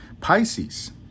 Pisces